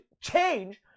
change